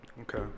Okay